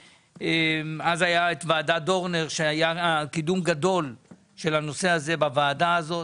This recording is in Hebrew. אז הייתה ועדת דורנר שאחרי היה קידום גדול של הנושא הזה בוועדה הזאת